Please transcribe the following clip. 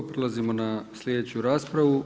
Prelazimo na sljedeću raspravu.